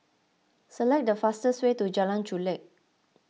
select the fastest way to Jalan Chulek